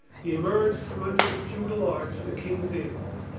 he emerged from under the feudal arch of the king's inns,